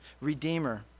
Redeemer